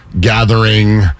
Gathering